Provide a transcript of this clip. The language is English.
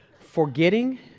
forgetting